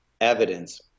evidence